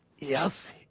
yes,